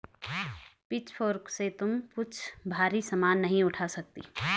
pitchfork से तुम कुछ भारी सामान नहीं उठा सकती